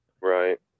right